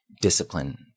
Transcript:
discipline